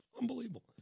Unbelievable